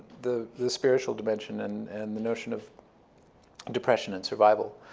the the spiritual dimension and and the notion of depression and survival.